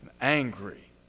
angry